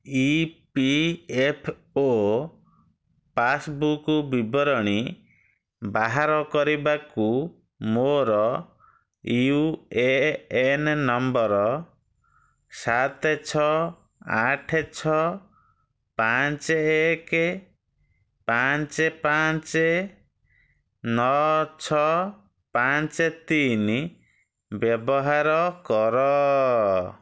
ଇ P F ଓ passbook ବିବରଣୀ ବାହାର କରିବାକୁ ମୋର ୟୁ ଏ ଏନ୍ ନମ୍ବର ସାତ ଛଅ ଆଠ ଛଅ ପାଞ୍ଚ ଏକ ପାଞ୍ଚ ପାଞ୍ଚ ନଅ ଛଅ ପାଞ୍ଚ ତିନି ବ୍ୟବହାର କର